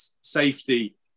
safety